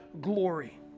glory